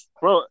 bro